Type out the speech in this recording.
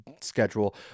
schedule